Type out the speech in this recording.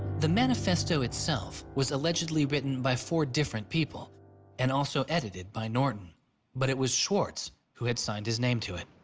the manifesto itself was allegedly written by four different people and also edited by norton but it was swartz who had signed his name to it.